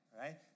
Right